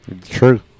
True